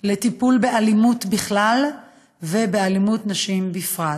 לטיפול באלימות בכלל ובאלימות כלפי נשים בפרט.